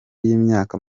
y’imyaka